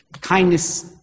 kindness